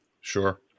sure